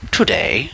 today